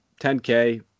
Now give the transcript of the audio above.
10K